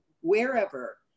wherever